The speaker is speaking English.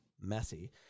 messy